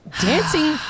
dancing